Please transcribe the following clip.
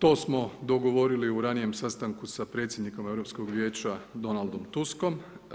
To smo dogovorili u ranijem sastanku sa predsjednikom Europskog vijeća Donaldom Tuskom.